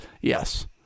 yes